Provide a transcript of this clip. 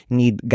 need